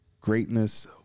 greatness